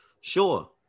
Sure